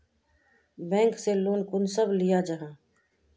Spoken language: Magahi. बैंक से लोन कुंसम लिया जाहा?